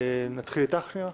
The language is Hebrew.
נתחיל איתך, נירה?